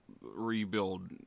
rebuild